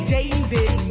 David